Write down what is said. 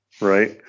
right